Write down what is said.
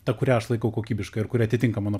ta kurią aš laikau kokybiška ir kuri atitinka mano